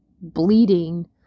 bleeding